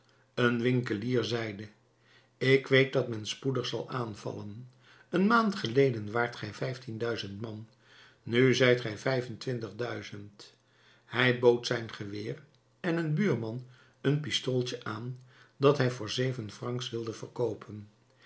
een winkelier zeide ik weet dat men spoedig zal aanvallen een maand geleden waart gij vijftien duizend man nu zijt gij vijf-en-twintig duizend hij bood zijn geweer en een buurman een pistooltje aan dat hij voor zeven francs wilde verkoopen